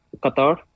qatar